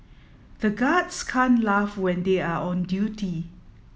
the guards can't laugh when they are on duty